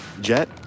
Jet